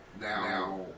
Now